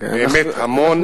באמת המון,